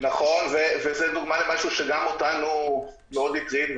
נכון, וזו דוגמה למשהו שגם אותנו מאוד הטריד.